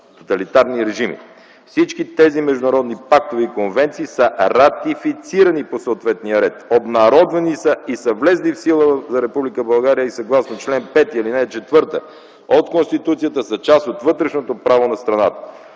тоталитарни режими. Всички тези международни пактове и конвенции са ратифицирани по съответния ред, обнародвани са и са влезли в сила за Република България и съгласно чл. 5, ал. 4 от Конституцията са част от вътрешното право на страната.